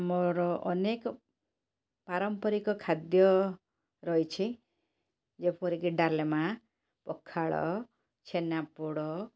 ଆମର ଅନେକ ପାରମ୍ପରିକ ଖାଦ୍ୟ ରହିଛି ଯେପରିକି ଡାଲମା ପଖାଳ ଛେନାପୋଡ଼